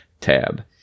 tab